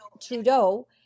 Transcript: Trudeau